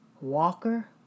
walker